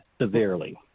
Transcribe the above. severely